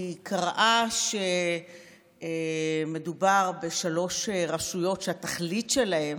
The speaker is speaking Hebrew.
היא קראה שמדובר בשלוש רשויות שהתכלית שלהן